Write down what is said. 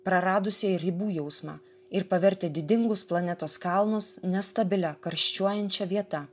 praradusieji ribų jausmą ir pavertę didingus planetos kalnus nestabilia karščiuojančia vieta